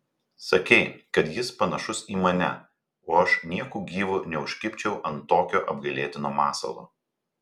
sakei kad jis panašus į mane o aš nieku gyvu neužkibčiau ant tokio apgailėtino masalo